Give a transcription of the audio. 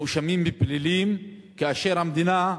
מואשמים בפלילים, כאשר המדינה,